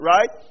Right